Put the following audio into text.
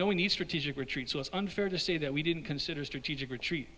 know we need strategic retreat so it's unfair to say that we didn't consider strategic retreat